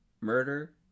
murder